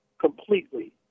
completely